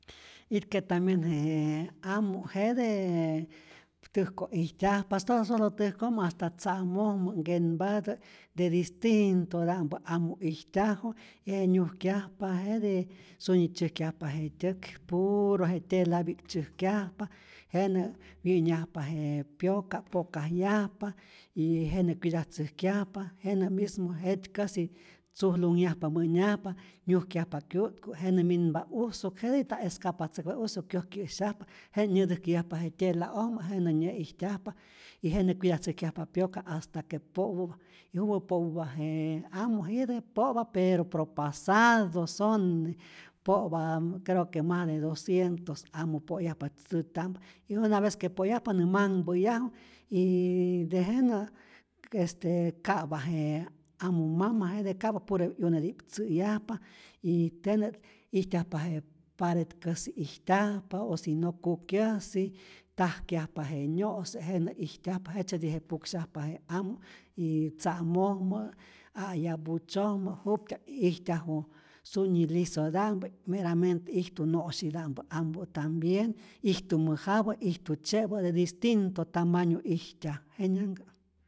Itke' tambien j amu, jet täjko ijtyajpa, nta solo täjkojmä hasta tza'mojmä nkenpatä de distintoda'mpä amu' ijtyaju y jete nyujkyajpa jete sunyi tzyäjkyajpa je tyäk, puro je tyelapi'k tzyäjkyajpa, jenä wyä'nyajpa je pyoka, pokajyajpa y jenä cuidatzäjkyajpa, jenä mismo jetykäsi tzujlunyajpa mä'nyajpa, nyujkyajpa kyu'tku, jenä minpa usu'k, jetij nta escapatzäkpa je usu'k kyoj kä'syajpa, jenä nyätäjkäyajpa je tyela'ojmä jenä nyä'ijtyajpa y jenä' cuidatzäjkyajpa pyoka hasta que po'päpa y juwä po'pä'pa je amu, jete po'pa pero propasado sonnne, po'pa creo que mas de doscientos amu' po'yajpa tä'ta'mpä y una vez que po'yajpa nä manhpä'yaju, yyy tejenä este ka'pa je amu mama jete ka'pa, puro je 'yuneti'p tzä'yajpa y jenä ijtyajpa je paret'käsi ijtyajpa, o si no kukyäsi, tajkyajpa je nyo'se, jenä ijtyajpa jejtzyetije puksyajpa je amu', y tza'mojmä a'yaputzyojmä jut'tya'p ijtyaju, sunyi lisota'mpä, meramente ijtu no'syita'mpä amu' tambien, ijtu mäjapä, ijtu tzye'pä, de distinto tamaño ijtyaj, jenyanhkä.